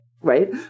right